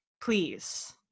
please